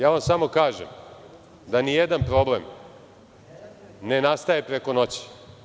samo kažem da nijedan problem ne nastaje preko noći.